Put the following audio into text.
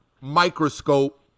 microscope